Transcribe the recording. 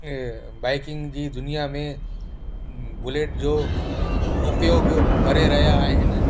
biking जी दुनिया में बुलेट जो उपयोगु करे रहियां आहिनि